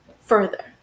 further